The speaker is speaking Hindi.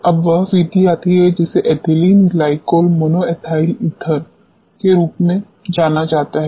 अब वह विधि आती है जिसे ethylene glycol monoethyl ether EGME के रूप में जाना जाता है